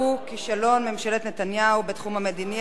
והוא: כישלון ממשלת נתניהו בתחום המדיני,